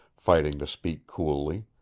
fighting to speak coolly.